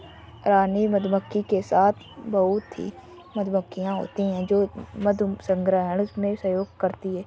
रानी मधुमक्खी के साथ बहुत ही मधुमक्खियां होती हैं जो मधु संग्रहण में सहयोग करती हैं